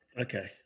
Okay